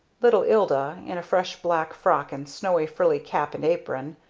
little ilda, in a fresh black frock and snowy, frilly cap and apron,